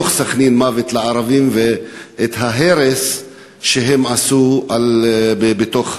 בתוך סח'נין, "מוות לערבים", וההרס שהם עשו בתוך